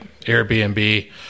airbnb